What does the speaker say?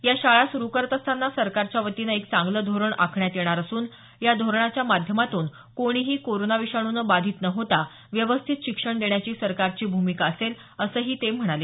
या शाळा सुरु करत असताना सरकारच्या वतीने एक चांगलं धोरण आखण्यात येणार असून या धोरणाच्या माध्यमातून कोणीही कोरोना विषाणूने बाधित न होता व्यवस्थित शिक्षण देण्याची सरकारची भूमिका असेल असंही ते म्हणाले